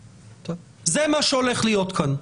זה מה שהולך להיות כאן,